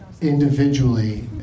individually